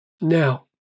Now